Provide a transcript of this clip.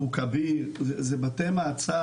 בגלל שיש בתי קפה